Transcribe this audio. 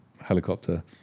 helicopter